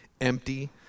empty